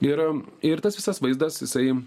ir ir tas visas vaizdas jisai